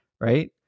Right